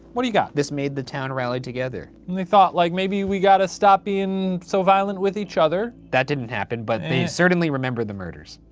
what you got? this made the town rally together. and they thought like maybe we gotta stop being so violent with each other. that didn't happen but they certainly remember the murders.